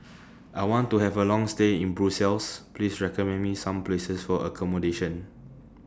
I want to Have A Long stay in Brussels Please recommend Me Some Places For accommodation